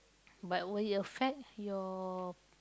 but will it affect your